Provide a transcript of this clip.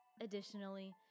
Additionally